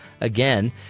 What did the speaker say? Again